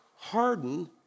Harden